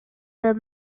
the